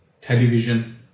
television